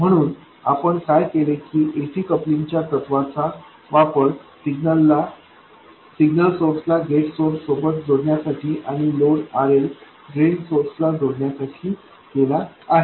म्हणून आपण काय केले की ac कपलिंगच्या तत्त्वाचा वापर सिग्नल सोर्सला गेट सोर्स सोबत जोडण्यासाठी आणि लोड RL ड्रेन सोर्स ला जोडण्यासाठी केला आहे